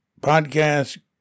podcast